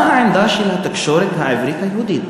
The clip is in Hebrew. מה העמדה של התקשורת העברית היהודית?